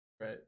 right